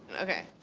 okay.